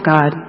God